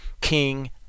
king